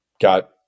got